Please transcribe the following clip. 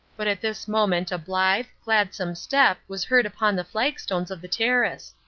but at this moment a blithe, gladsome step was heard upon the flagstones of the terrace.